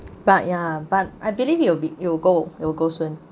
but ya but I believe it will be it will go it will go soon